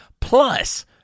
plus